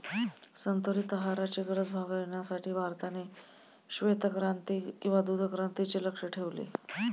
संतुलित आहाराची गरज भागविण्यासाठी भारताने श्वेतक्रांती किंवा दुग्धक्रांतीचे लक्ष्य ठेवले